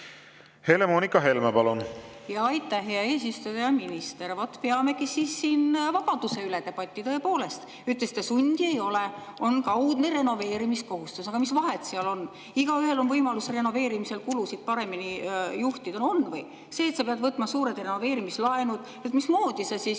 Helle-Moonika Helme, palun! Aitäh, hea eesistuja! Hea minister! Vat peamegi siin siis vabaduse üle debatti, tõepoolest. Ütlesite, et sundi ei ole, on kaudne renoveerimiskohustus. Aga mis vahet seal on? Igaühel on võimalus renoveerimisel kulusid paremini juhtida. On või? See, et peab võtma suured renoveerimislaenud, mismoodi see siis